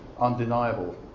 undeniable